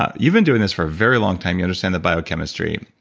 ah you've been doing this for a very long time. you understand the biochemistry,